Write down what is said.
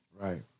Right